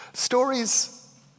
Stories